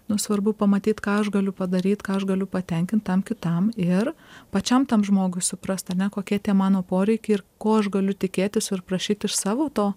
nu svarbu pamatyt ką aš galiu padaryt ką aš galiu patenkinti tam kitam ir pačiam tam žmogui suprast ane kokie tie mano poreikiai ir ko aš galiu tikėtis ir prašyt iš savo to